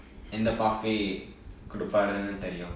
எந்த:entha pathway குடுப்பாருனு தெரியும்:kudupaarunu theriyum